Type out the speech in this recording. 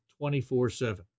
24-7